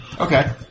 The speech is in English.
Okay